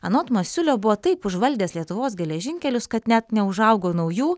anot masiulio buvo taip užvaldęs lietuvos geležinkelius kad net neužaugo naujų